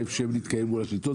ואיפה שהם נתקלים בו בשלטון,